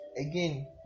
again